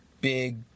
big